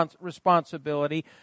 responsibility